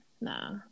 nah